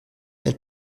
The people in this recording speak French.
elle